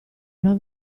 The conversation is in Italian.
una